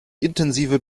intensive